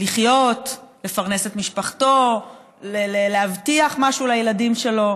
לחיות, לפרנס את משפחתו, להבטיח משהו לילדים שלו.